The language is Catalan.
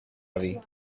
avi